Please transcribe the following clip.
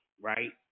right